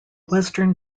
western